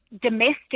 domestic